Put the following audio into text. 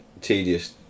tedious